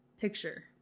picture